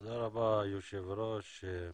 תודה רבה, היושב ראש.